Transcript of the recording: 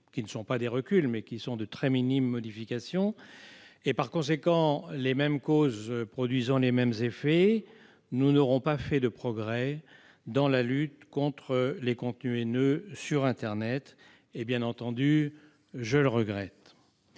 qui ne sont pas des reculs, mais qui sont vraiment minimes. Par conséquent, les mêmes causes produisant les mêmes effets, nous n'aurons pas fait de progrès dans la lutte contre les contenus haineux sur internet. Bien entendu, je le regrette